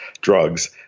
drugs